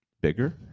bigger